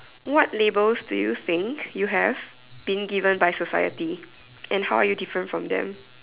what labels do you think you have been given by society and how are you different from them